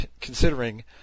considering